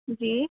جی